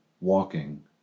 walking